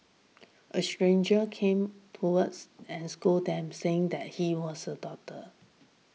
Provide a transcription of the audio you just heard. a stranger came towards and scolded them saying that he was a doctor